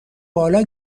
بالا